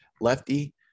lefty